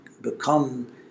become